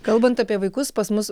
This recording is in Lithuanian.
kalbant apie vaikus pas mus